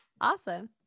Awesome